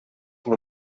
muy